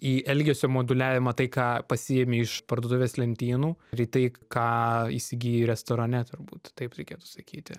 į elgesio moduliavimą tai ką pasiimi iš parduotuvės lentynų ir į tai ką įsigijai restorane turbūt taip reikėtų sakyti